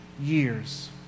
years